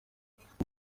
amakipe